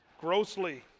grossly